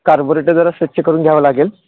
carburettor जरा स्वच्छ करून घ्यावं लागेल